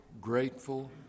grateful